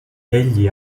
egli